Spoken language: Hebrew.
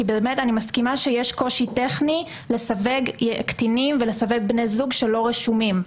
אני מסכימה שיש קושי טכני לסווג קטינים ולסווג בני זוג שלא רשומים.